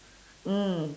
mm